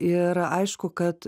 ir aišku kad